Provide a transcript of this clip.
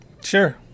Sure